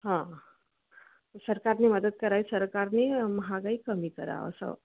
हां सरकारने मदत कराय सरकारने महागाई कमी करा असं